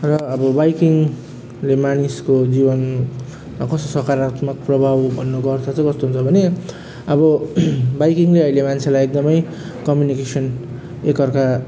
र अब बाइकिङले मानिसको जीवन कस्तो सकरात्मक प्रभाव भन्नुको अर्थ चाहिँ कस्तो हुन्छ भने अब बाइकिङले अहिले मान्छेलाई एकदमै कम्युनिकेसन एक अर्का